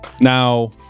now